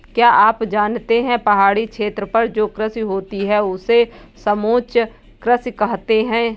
क्या आप जानते है पहाड़ी क्षेत्रों पर जो कृषि होती है उसे समोच्च कृषि कहते है?